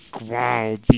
wow